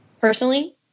personally